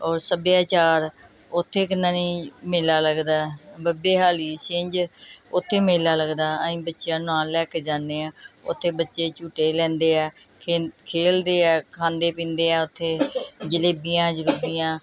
ਔਰ ਸੱਭਿਆਚਾਰ ਉੱਥੇ ਕਿੰਨਾਂ ਨੇ ਮੇਲਾ ਲੱਗਦਾ ਬੱਬੇ ਹਾਲੀ ਛਿੰਝ ਉੱਥੇ ਮੇਲਾ ਲੱਗਦਾ ਅਸੀਂ ਬੱਚਿਆਂ ਨੂੰ ਨਾਲ ਲੈ ਕੇ ਜਾਂਦੇ ਹਾਂ ਉੱਥੇ ਬੱਚੇ ਝੂਟੇ ਲੈਂਦੇ ਹੈ ਖੇ ਖੇਡਦੇ ਹੈ ਖਾਂਦੇ ਪੀਂਦੇ ਆ ਉੱਥੇ ਜਲੇਬੀਆਂ ਜਲੂਬੀਆਂ